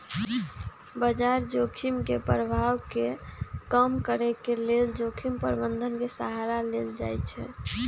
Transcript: बजार जोखिम के प्रभाव के कम करेके लेल जोखिम प्रबंधन के सहारा लेल जाइ छइ